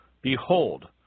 Behold